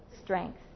strength